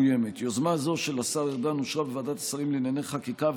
יוזמה זו של השר ארדן אושרה בוועדת השרים לענייני חקיקה,